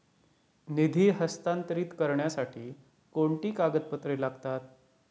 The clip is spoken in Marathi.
निधी हस्तांतरित करण्यासाठी कोणती कागदपत्रे लागतात?